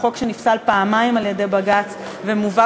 חוק שנפסל פעמיים על-ידי בג"ץ ומובא